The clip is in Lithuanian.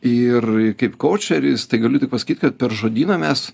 ir kaip koučeris tai galiu tik pasakyt kad per žodyną mes